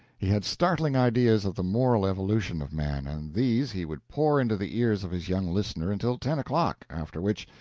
he had startling ideas of the moral evolution of man, and these he would pour into the ears of his young listener until ten o'clock, after which,